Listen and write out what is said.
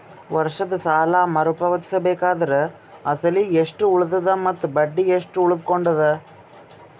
ವರ್ಷದ ಸಾಲಾ ಮರು ಪಾವತಿಸಬೇಕಾದರ ಅಸಲ ಎಷ್ಟ ಉಳದದ ಮತ್ತ ಬಡ್ಡಿ ಎಷ್ಟ ಉಳಕೊಂಡದ?